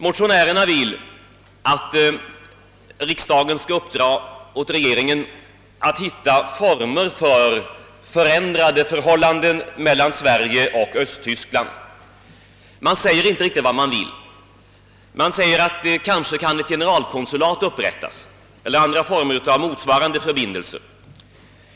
Motionärerna vill att riksdagen skall uppdra åt regeringen att finna former för förändrade relationer mellan Sverige och Östtyskland. Man säger inte riktigt vad man vill. Man säger att ett generalkonsulat kanske kan upprättas eller andra former av motsvarande förbindelser.